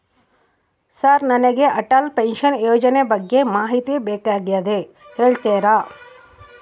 Sir ನನಗೆ Atal pension ಯೋಜನೆ ಬಗ್ಗೆ ಮಾಹಿತಿ ಬೇಕಾಗ್ಯದ ಹೇಳ್ತೇರಾ?